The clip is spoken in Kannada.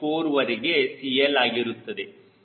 4 ವರೆಗೆ CL ಆಗಿರುತ್ತದೆ